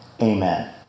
Amen